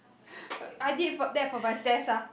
I did for that for my test ah